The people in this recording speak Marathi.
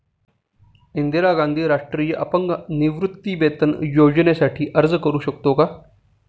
इंदिरा गांधी राष्ट्रीय अपंग निवृत्तीवेतन योजनेसाठी अर्ज करू शकतो का?